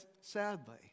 sadly